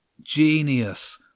Genius